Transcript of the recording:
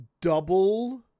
double